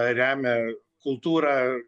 remia kultūrą